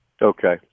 Okay